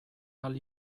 ahal